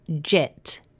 jet